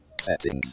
Settings